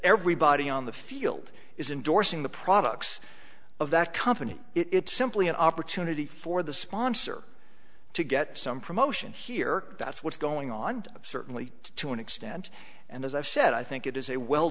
everybody on the field is endorsing the products of that company it's simply an opportunity for the sponsor to get some promotion here that's what's going on certainly to an extent and as i've said i think it is a well